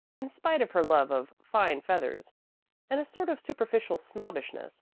in spite of her love of fine feathers and a sort of superficial snobbishness,